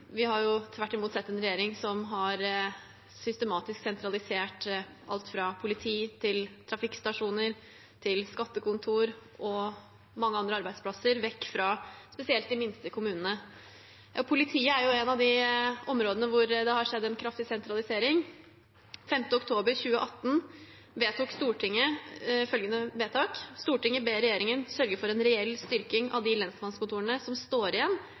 Vi har tvert imot sett en regjering som systematisk har sentralisert alt fra politi til trafikkstasjoner, skattekontorer og mange andre arbeidsplasser vekk fra spesielt de minste kommunene. Politiet representerer et område hvor det har skjedd en kraftig sentralisering. Den 5. oktober 2018 vedtok Stortinget følgende: «Stortinget ber regjeringen sørge for en reell styrking av de lensmannskontorene som står igjen